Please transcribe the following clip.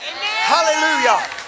Hallelujah